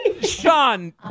sean